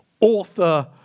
author